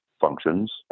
functions